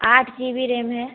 आठ G B RAM है